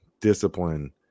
discipline